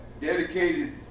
dedicated